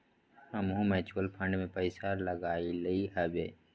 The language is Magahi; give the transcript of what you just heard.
हमहुँ म्यूचुअल फंड में पइसा लगइली हबे